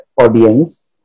audience